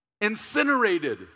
incinerated